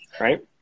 Right